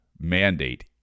mandate